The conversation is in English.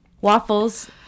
waffles